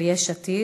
של יש עתיד.